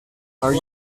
are